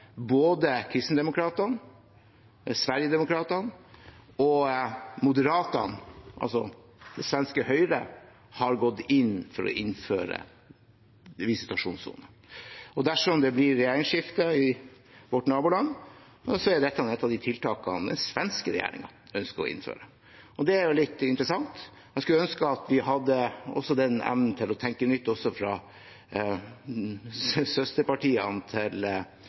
det svenske Høyre – har gått inn for å innføre visitasjonssoner. Dersom det blir regjeringsskifte i vårt naboland, er dette et av tiltakene den svenske regjeringen ønsker å innføre. Det er litt interessant. Jeg skulle ønske at de hadde den evnen til å tenke nytt også i søsterpartiene til